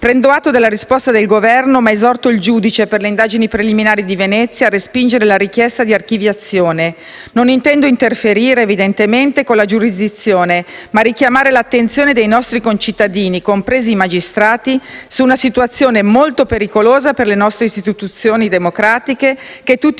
Prendo atto della risposta del Governo, ma esorto il giudice per le indagini preliminari di Venezia a respingere la richiesta di archiviazione. Non intendo interferire - evidentemente - con la giurisdizione, ma richiamare l'attenzione dei nostri concittadini (compresi i magistrati) su una situazione molto pericolosa per le nostre istituzioni democratiche, che tutti